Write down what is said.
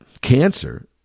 cancer